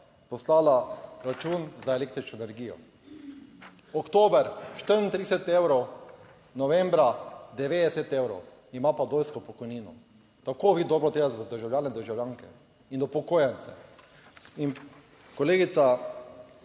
poslala račun za električno energijo. Oktober 2034 evrov, novembra 1990 evrov, ima pa vdovsko pokojnino. Tako dobro dela za državljane in državljanke in za upokojence. In kolegica